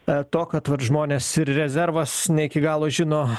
e to kad vat žmones ir rezervas ne iki galo žino